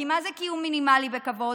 כי מה זה קיום מינימלי בכבוד?